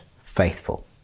faithful